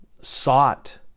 sought